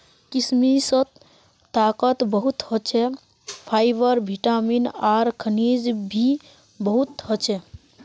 किशमिशत ताकत बहुत ह छे, फाइबर, विटामिन आर खनिज भी बहुत ह छे